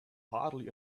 hardly